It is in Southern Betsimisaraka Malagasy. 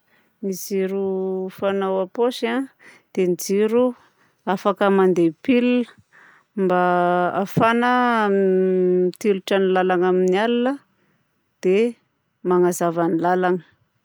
Ny jiro fanao am-paosy a dia jiro afaka mandeha pile mba ahafahana m mitilitra ny lalagna amin'ny alina dia manazava ny lalagna.